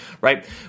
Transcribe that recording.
right